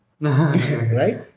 Right